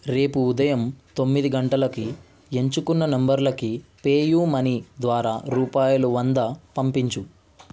రేపు ఉదయం తొమ్మిది గంటలకి ఎంచుకున్న నంబర్లకి పే యూ మనీ ద్వారా రూపాయలు వంద పంపించు